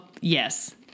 yes